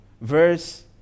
Verse